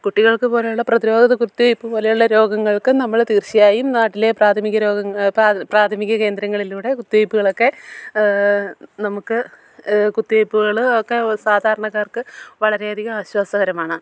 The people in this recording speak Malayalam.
കുട്ടികൾക്ക് പോലെയുള്ള പ്രധിരോധ കുത്തിവെപ്പ് പോലെയുള്ള രോഗങ്ങൾക്കും നമ്മൾ തീർച്ചയായും നാട്ടിലെ പ്രാഥമിക രോഗങ്ങൾ പ്രാഥമിക കേന്ദ്രങ്ങളിലൂടെ കുത്തിവയ്പ്പുകളൊക്കെ നമുക്ക് കുത്തിവയ്പ്പുകൾ ഒക്കെ സാധാരണക്കാർക്ക് വളരെയധികം ആശ്വാസകരമാണ്